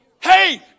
Hey